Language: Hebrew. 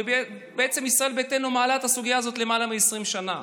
בעצם ישראל ביתנו מעלה את הסוגיה הזאת למעלה מ-20 שנה,